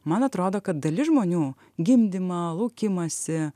man atrodo kad dalis žmonių gimdymą laukimąsi